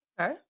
Okay